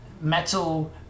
metal